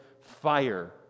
fire